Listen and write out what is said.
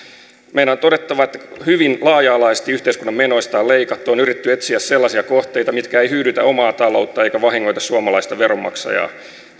meidän on todettava että hyvin laaja alaisesti yhteiskunnan menoista on leikattu on yritetty etsiä sellaisia kohteita mitkä eivät hyydytä omaa taloutta eivätkä vahingoita suomalaista veronmaksajaa